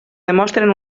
demostren